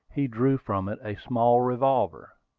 he drew from it a small revolver.